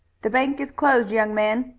the bank is closed, young man,